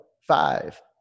five